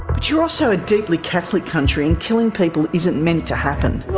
but you are also a deeply catholic country, and killing people isn't meant to happen. no,